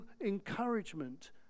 encouragement